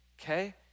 okay